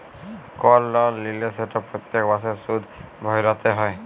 call লল লিলে সেট প্যত্তেক মাসে সুদ ভ্যইরতে হ্যয়